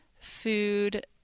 food